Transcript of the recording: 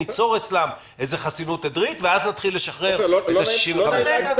ניצור אצלם איזו חסינות עדרית ואז נתחיל לשחרר את בני 65 ומעלה.